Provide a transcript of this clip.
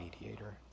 mediator